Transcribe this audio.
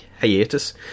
hiatus